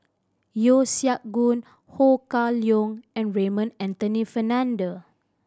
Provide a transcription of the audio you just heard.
Yeo Siak Goon Ho Kah Leong and Raymond Anthony Fernando